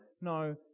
No